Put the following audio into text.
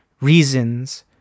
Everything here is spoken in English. reasons